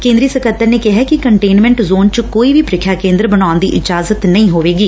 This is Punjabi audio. ਕੇ ਦਰੀ ਸਕੱਤਰ ਨੇ ਕਿਹੈ ਕਿ ਕੰਟੇਨਮੈਂਟ ਜ਼ੋਨ ਚ ਕੋਈ ਵੀ ਪ੍ਰੀਖਿਆ ਕੇਂਦਰ ਬਣਾਉਣ ਦੀ ਇਜਾਜ਼ਤ ਨਹੀਂ ਹੋਵੇਗੀ